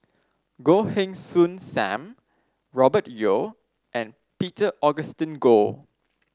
Goh Heng Soon Sam Robert Yeo and Peter Augustine Goh